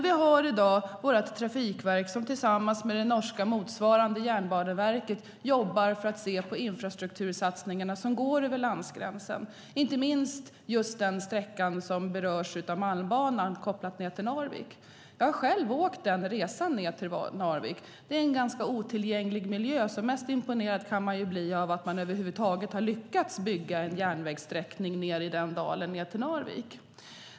Vi har i dag Trafikverket som tillsammans med norska motsvarigheten Jernbaneverket jobbar för att se på de infrastruktursatsningar som går över landgränsen, inte minst den sträcka som berörs av Malmbanan till Narvik. Jag har själv gjort den resan till Narvik. Det är en ganska otillgänglig miljö, så mest imponerad kan man bli av att de över huvud taget har lyckats bygga en järnväg i den dalen ned till Narvik.